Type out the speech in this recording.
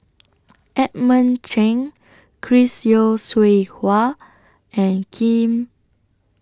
Edmund Cheng Chris Yeo Siew Hua and Khim